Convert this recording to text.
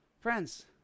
Friends